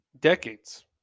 Decades